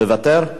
מוותר?